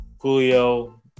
Julio